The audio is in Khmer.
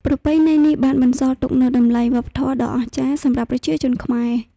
ប្រពៃណីនេះបានបន្សល់ទុកនូវតម្លៃវប្បធម៌ដ៏អស្ចារ្យសម្រាប់ប្រជាជនខ្មែរ។